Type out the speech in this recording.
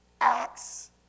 acts